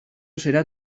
será